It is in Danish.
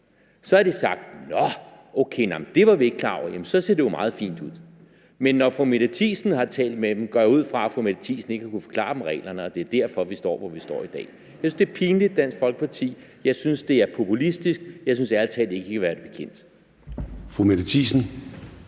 Nå, okay, det var vi ikke klar over – jamen så ser det jo meget fint ud. Men når fru Mette Thiesen har talt med dem, går jeg ud fra at fru Mette Thiesen ikke har kunnet forklare dem reglerne, og det er derfor, vi står, hvor vi står i dag. Jeg synes, det er pinligt, Dansk Folkeparti. Jeg synes, det er populistisk. Jeg synes ærlig talt ikke, I kan være det bekendt.